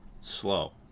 slow